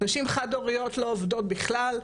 נשים חד-הוריות לא עובדות בכלל,